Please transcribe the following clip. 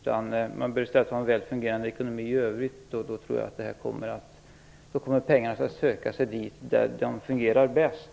Man bör i stället ha en väl fungerande ekonomi i övrigt, och då tror jag att pengarna kommer att söka sig dit där de fungerar bäst.